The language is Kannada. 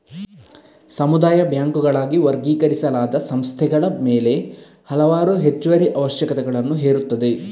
ಸಮುದಾಯ ಬ್ಯಾಂಕುಗಳಾಗಿ ವರ್ಗೀಕರಿಸಲಾದ ಸಂಸ್ಥೆಗಳ ಮೇಲೆ ಹಲವಾರು ಹೆಚ್ಚುವರಿ ಅವಶ್ಯಕತೆಗಳನ್ನು ಹೇರುತ್ತದೆ